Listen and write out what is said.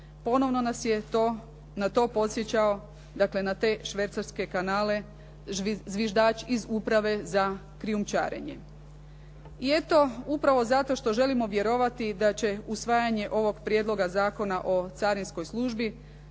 ponovo nas je na to podsjećao, dakle, na te …/Govornik se ne razumije./… kanale zviždač iz uprave za krijumčarenje. I eto, upravo zato što želimo vjerovati da će usvajanje ovog Prijedlog zakona o carinskoj službi